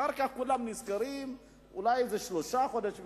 כולם נזכרים אולי שלושה חודשים לפניהן.